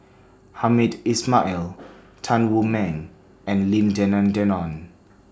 Hamed Ismail Tan Wu Meng and Lim Denan Denon